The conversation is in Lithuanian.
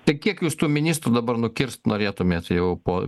tai kiek jūs tų ministrų dabar nukirst norėtumėte jau po